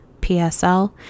PSL